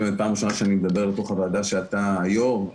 זו הפעם הראשונה שאני מדבר בוועדה שאתה היושב-ראש שלה.